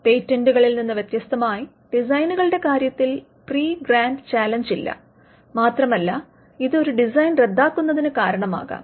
പേറ്റന്റുകളിൽ നിന്ന് വ്യത്യസ്തമായി ഡിസൈനുകളുടെ കാര്യത്തിൽ പ്രീഗ്രാന്റ് ചലഞ്ചില്ല മാത്രമല്ല ഇത് ഒരു ഡിസൈൻ റദ്ദാക്കുന്നതിന് കാരണമാകാം